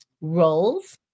roles